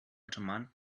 automat